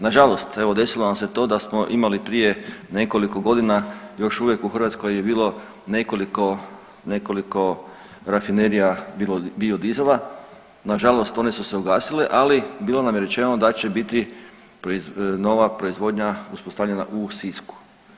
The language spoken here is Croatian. Nažalost, evo desilo nam se to da smo imali prije nekoliko godina još uvijek u Hrvatskoj je bilo nekoliko, nekoliko rafinerija biodizela, nažalost one su se ugasile, ali bilo nam je rečeno da će biti nova proizvodnja uspostavljena u Sisku.